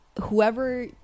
Whoever